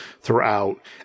throughout